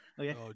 Okay